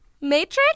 Matrix